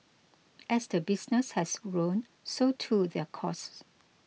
as the business has grown so too their costs